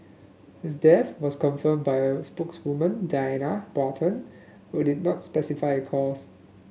his death was confirmed by a spokeswoman Diana Baron who did not specify a cause